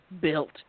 built